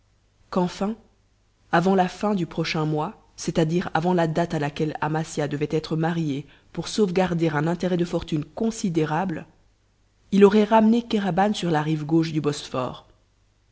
qu'enfin avant la fin du prochain mois c'est-à-dire avant la date à laquelle amasia devait être mariée pour sauvegarder un intérêt de fortune considérable il aurait ramené kéraban sur la rive gauche du bosphore